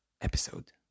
episode